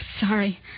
sorry